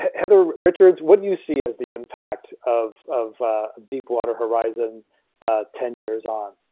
heather richards what do you see as the impact of of deep water horizon, ah ten years on